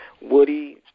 Woody